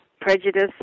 prejudice